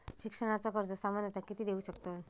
शिक्षणाचा कर्ज सामन्यता किती देऊ शकतत?